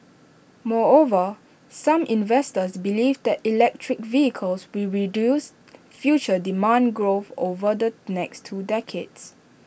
moreover some investors believe that electric vehicles will reduce future demand growth over the next two decades